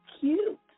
cute